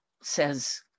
says